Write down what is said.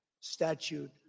Statute